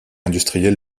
industriel